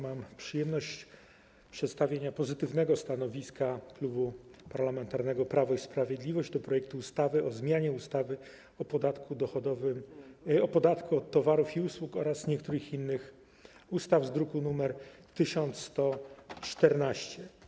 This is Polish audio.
Mam przyjemność przedstawienia pozytywnego stanowiska Klubu Parlamentarnego Prawo i Sprawiedliwość odnośnie do projektu ustawy o zmianie ustawy o podatku dochodowym od towarów i usług oraz niektórych innych ustaw z druku nr 1114.